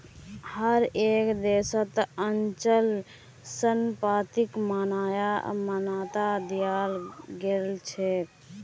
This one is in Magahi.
हर एक देशत अचल संपत्तिक मान्यता दियाल गेलछेक